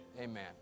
amen